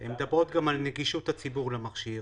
הן מדברות גם על נגישות הציבור למכשיר,